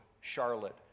Charlotte